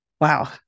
Wow